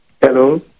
Hello